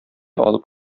алып